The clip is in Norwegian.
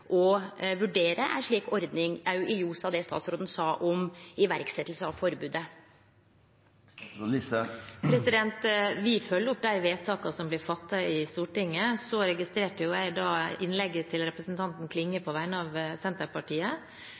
å vurdere ei slik ordning, òg i ljos av det statsråden sa om iverksetjing av forbodet? Vi følger opp de vedtakene som blir fattet i Stortinget. Jeg registrerte innlegget fra representanten Klinge på vegne av Senterpartiet,